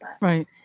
Right